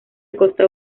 costa